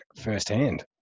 firsthand